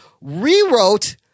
rewrote